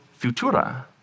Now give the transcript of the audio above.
Futura